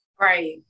Right